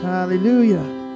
Hallelujah